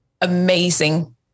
amazing